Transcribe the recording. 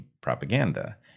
propaganda